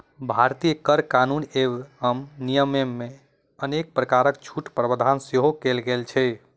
भारतीय कर कानून एवं नियममे अनेक प्रकारक छूटक प्रावधान सेहो कयल गेल छै